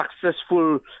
successful